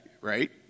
right